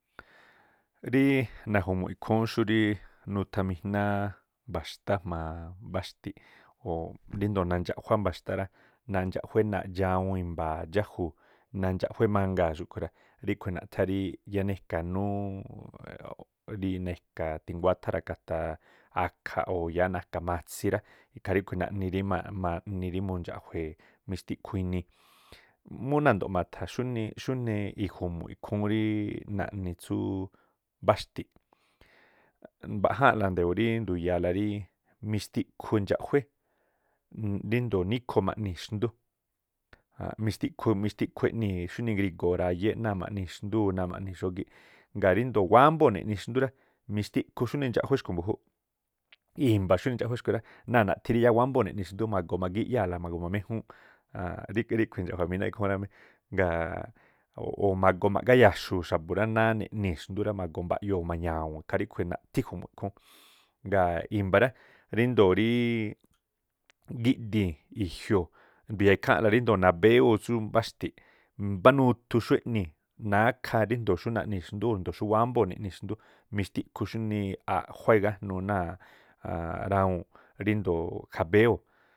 Rí naju̱mu̱ꞌ ikhúún xúrí nuthamijná mba̱xtá jma̱a mbáxti̱ꞌ o̱ rindo̱o nandxaꞌjuá mba̱xtá rá, nandxaꞌjué naꞌdxawuun i̱mba̱a̱ dxájuu̱, nandxaꞌjué mangaa̱ xúꞌkhui̱ rá, ríꞌkhui̱ naꞌthá rí yáá nikanúú rííꞌ ne̱ka tinguáthá ra̱kataa a̱kha̱ o̱ yáá na̱ka ̱ma̱tsi rá. Ikhaa ríꞌꞌkhui̱ naꞌni rí ma̱ꞌ-ma̱ꞌ- maꞌni- rí mundxa̱ꞌjue̱e̱ mixtikhu inii. Múú nando̱ꞌ ma̱tha̱ xúnii iju̱mu̱ꞌ ikhúún rí naꞌni tsú mbáxti̱ꞌ, mbaꞌjaa̱n la nduya̱a rí mixtiꞌkhu indxaꞌjué ríndo̱ níkhoo ma̱ꞌnii̱ xndú mixtiꞌkhu mixtiꞌkhu eꞌnii̱ xúnii igrigo̱o̱ rayé xúnii ma̱ꞌnii̱ xndú o̱ náa̱ maꞌnii̱ xógíꞌ, ngaa̱ ríndoo̱ wámbóo̱ raꞌnii̱ xndú rá. Mixtiꞌkhu xúnii indxaꞌjué xku̱ mbu̱júúꞌ, i̱mba̱ xunii indxaꞌjué náa̱ nathí rí yáá wámbóo̱ neꞌnii̱ xndú magoo maꞌgíyáa̱la ma̱gu̱ma méjúúnꞌ aan ríkhui̱ endxa̱ꞌjua mináꞌ ikhúún rá mí. Ngaa o̱ ma̱goo mágá áyaxu̱u̱ xa̱bu̱ rá náá neꞌnii̱ xndú rá, ma̱goo mba̱ꞌyoo̱ o̱ mañawu̱u̱n ikhaa ríꞌkhui̱ naꞌthí ju̱mu̱ꞌ ikhúún. Ngaa̱ i̱mba̱ rá ríndo̱o rí gíꞌdii̱n i̱jioo̱, ndu̱ya̱a ikháa̱nꞌla ríndo̱o rí nabéwooꞌ tsú mbáxti̱ꞌ, mbá nuthu xú eꞌnii̱, nákhá xurí ríndo̱o naꞌnii̱ xndú o̱ ndoo̱ xú wámbóo̱ neꞌnii̱ xndú, mixtiꞌkhu xúnii aꞌjuá igájnuu náa̱ rawuu̱nꞌ, ríndo̱o jabéwóo̱ꞌ.